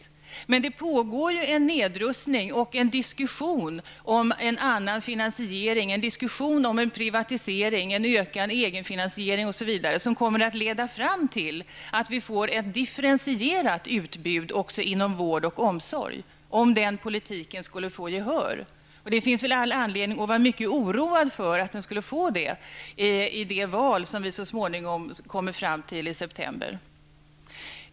Men det pågår en nedrustning och en diskussion om en annan finansiering, en diskussion om privatisering, ökande egenfinansiering, osv., som kommer att leda fram till att vi får ett differentierat utbud också inom vård och omsorg, om den politiken skulle få gehör. Det finns all anledning att vara mycket oroad för att den skall få det i det val som vi kommer fram till i september.